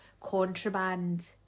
contraband